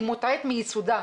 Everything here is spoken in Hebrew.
היא מוטעית מיסודה.